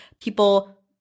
people